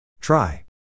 Try